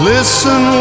Listen